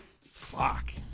Fuck